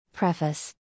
Preface